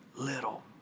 little